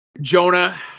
Jonah